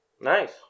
Nice